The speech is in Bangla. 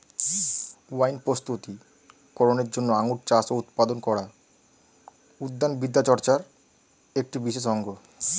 ওয়াইন প্রস্তুতি করনের জন্য আঙুর চাষ ও উৎপাদন করা উদ্যান বিদ্যাচর্চার একটি বিশেষ অঙ্গ